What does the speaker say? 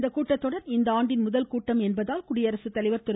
இக் கூட்டத்தொடர் இந்த ஆண்டின் முதல்கூட்டம் என்பதால் குடியரசு தலைவர் திரு